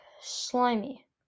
slimy